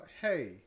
hey